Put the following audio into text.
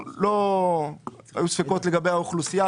היו ספקות לגבי האוכלוסייה,